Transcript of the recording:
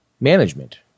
management